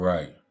Right